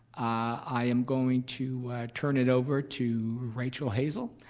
i am going to turn it over to rachael hazel.